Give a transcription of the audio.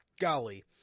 Golly